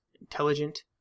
intelligent